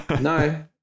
No